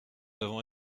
avons